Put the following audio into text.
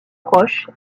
proche